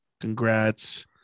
Congrats